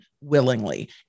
willingly